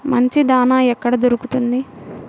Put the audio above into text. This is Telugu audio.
మంచి దాణా ఎక్కడ దొరుకుతుంది?